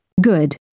Good